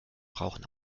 rauchen